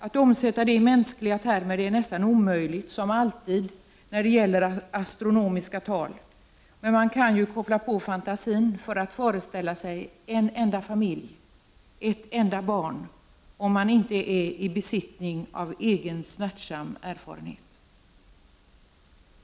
Att omsätta det i mänskliga termer är nästan omöjligt, som alltid när det gäller astronomiska tal, men man kan ju koppla på fantasin för att föreställa sig en enda familj, ett enda barn, om man inte är i besittning av egen smärtsam erfarenhet.